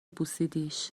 بوسیدیش